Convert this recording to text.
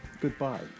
goodbye